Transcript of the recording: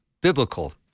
biblical